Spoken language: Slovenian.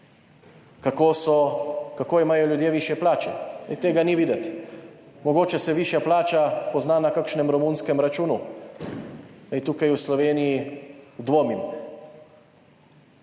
Kako imajo ljudje višje plače – tega ni videti. Mogoče se višja plača pozna na kakšnem romunskem računu, zdaj tukaj v Sloveniji dvomim.